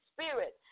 Spirit